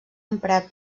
emprat